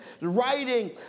writing